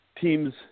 teams